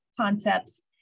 concepts